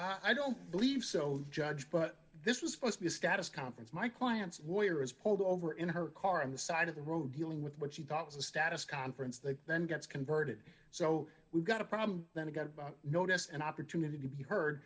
i don't believe so judge but this was supposed to be a status conference my client's lawyer was pulled over in her car on the side of the road dealing with what she thought was a status conference that then gets converted so we've got a problem then i got about notice and opportunity to be heard